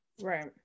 Right